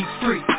free